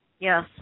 Yes